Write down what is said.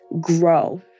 grow